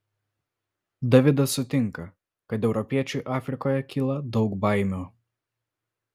davidas sutinka kad europiečiui afrikoje kyla daug baimių